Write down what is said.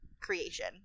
creation